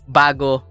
bago